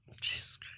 Jesus